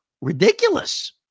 ridiculous